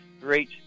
Great